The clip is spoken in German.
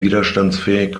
widerstandsfähig